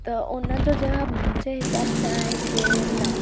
त हुनजो जवाबु मुंहिंजे हिसाबु सां आहे की न